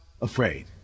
afraid